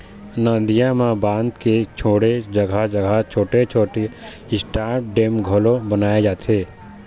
नदियां म बांध के छोड़े जघा जघा छोटे छोटे स्टॉप डेम घलोक बनाए जाथे